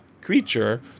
creature